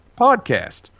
podcast